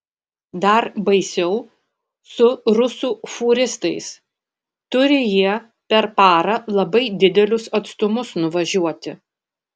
dar baisiau su rusų fūristais turi jie per parą labai didelius atstumus nuvažiuoti